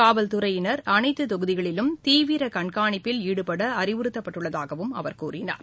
காவல்துறையினர் அனைத்துத் தொகுதிகளிலும் தீவிரகண்காணிப்பில் ஈடுபட அறிவுறுத்தப்பட்டுள்ளதாகவும் அவர் கூறினார்